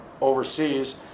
overseas